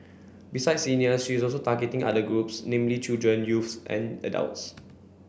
besides seniors she is also targeting other groups namely children youths and adults